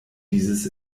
dieses